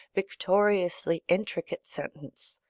victoriously intricate sentence